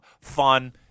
Fun